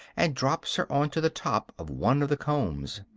and drops her on to the top of one of the combs.